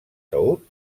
taüt